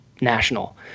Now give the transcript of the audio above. national